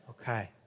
Okay